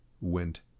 went